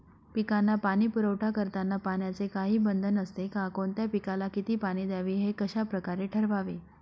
पिकांना पाणी पुरवठा करताना पाण्याचे काही बंधन असते का? कोणत्या पिकाला किती पाणी द्यावे ते कशाप्रकारे ठरवावे?